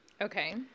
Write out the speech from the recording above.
okay